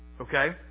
Okay